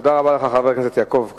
תודה רבה לך, חבר הכנסת יעקב כץ.